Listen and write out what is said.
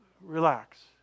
relax